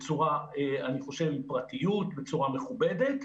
בפרטיות, בצורה מכובדת,